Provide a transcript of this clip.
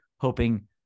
hoping